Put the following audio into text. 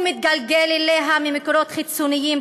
הוא מתגלגל אליה ממקורות חיצוניים,